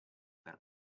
per